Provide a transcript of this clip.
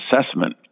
assessment